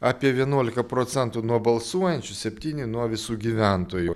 apie vienuolika procentų nuo balsuojančių septyni nuo visų gyventojų